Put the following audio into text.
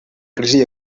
crisi